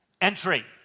Entry